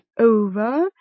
over